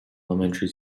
elementary